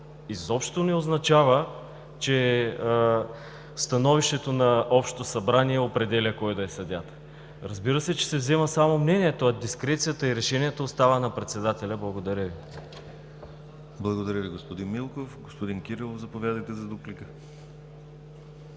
изобщо не означава, че становището на общото събрание определя кой да е съдията. Разбира се, че се взема само мнението, а дискрецията и решението остава на председателя. Благодаря Ви. ПРЕДСЕДАТЕЛ ДИМИТЪР ГЛАВЧЕВ: Благодаря Ви, господин Милков. Господин Кирилов, заповядайте за дуплика.